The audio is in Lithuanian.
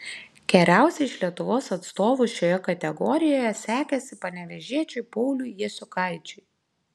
geriausiai iš lietuvos atstovų šioje kategorijoje sekėsi panevėžiečiui pauliui jasiukaičiui